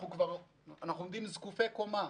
אנחנו עומדים זקופי קומה.